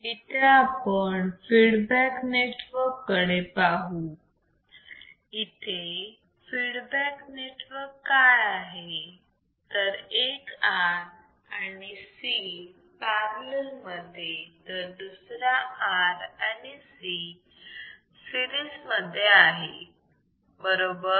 इथे आपण feedback network कडे पाहू इथे फीडबॅक नेटवर्क काय आहे तर एक R आणि C पॅरलल मध्ये तर दुसरा R आणि C सिरीज मध्ये आहे बरोबर